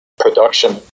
production